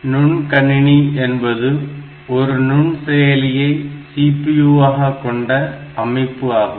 நுண்கணினி என்பது ஒரு நுண்செயலியை CPU ஆக கொண்ட அமைப்பு ஆகும்